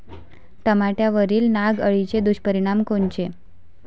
टमाट्यावरील नाग अळीचे दुष्परिणाम कोनचे?